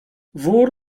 wór